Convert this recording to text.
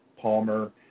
palmer